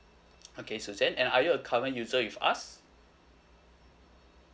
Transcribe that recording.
okay suzan and are you a current user with us